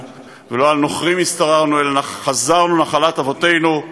ולא על נוכרים השתררנו אלא חזרנו אל נחלת אבותינו.